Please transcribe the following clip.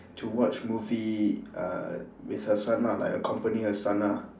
to watch movie uh with her son lah like accompany her son lah